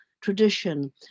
tradition